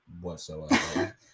whatsoever